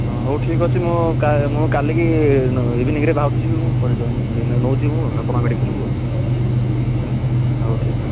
ହଁ ହଉ ଠିକ୍ ଅଛି ମୁଁ କା ମୁଁ କାଲି କି ଇଭିନିଙ୍ଗରେ ବାହାରୁଛି ନେଉଛି ମୁଁ ଆପଣଙ୍କ ମେଡ଼ିକାଲ୍କୁ ହେଲା ହେଉ ଠିକ୍ ଅଛି